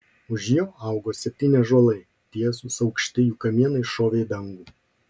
už jo augo septyni ąžuolai tiesūs aukšti jų kamienai šovė į dangų